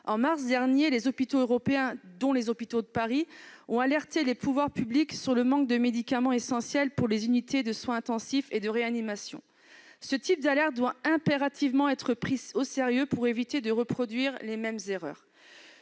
En mars dernier, les hôpitaux européens, notamment ceux de Paris, ont alerté les pouvoirs publics sur le manque de médicaments essentiels dans les unités de soins intensifs et de réanimation. Ce type d'alerte doit impérativement être pris au sérieux si l'on veut éviter de reproduire les mêmes erreurs.